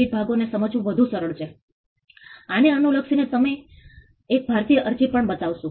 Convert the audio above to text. છે ખાસ કરીને બાંધકામ કામદારોએ તેઓએ કામચલાઉ મકાનો બનાવવાનું કામ શરૂ કર્યું હતું 1995 માં તે પણ વધી રહ્યું છે તમે ફરી 2000 2005 અને 2013 જોઈ શકો છો